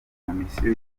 komisiyo